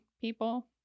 people